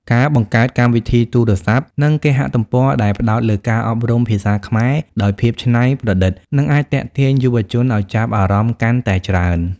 ការបង្កើតកម្មវិធីទូរស័ព្ទ និងគេហទំព័រដែលផ្តោតលើការអប់រំភាសាខ្មែរដោយភាពច្នៃប្រឌិត នឹងអាចទាក់ទាញយុវជនឱ្យចាប់អារម្មណ៍កាន់តែច្រើន។